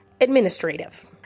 administrative